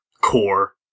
core